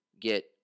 get